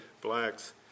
blacks